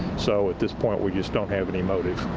so at this point, we just don't have any motiv